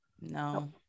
no